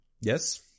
Yes